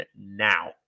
now